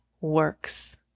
works